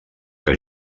que